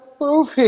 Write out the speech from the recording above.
movie